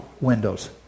windows